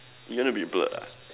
you wanna be blur lah